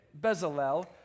Bezalel